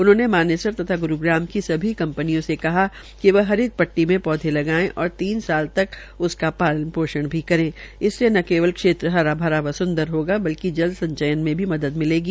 उन्होंने मानेसर तथा ग्रूग्राम की सभी कंपनियो से कहा कि वे हरित पट्टी में पौधे लगाने और तीन साल तक उनका पालन पोषण भी करे इसमें ने केवल क्षेत्र हरा भरा व सूंदर होगा बल्कि जल संरक्षण में भी मदद मिलेगी